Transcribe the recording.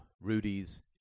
Rudy's